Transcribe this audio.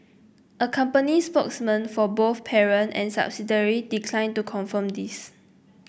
a company spokesman for both parent and subsidiary declined to confirm this